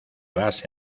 base